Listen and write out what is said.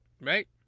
right